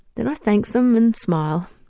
then i thank them and smile.